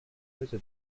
mese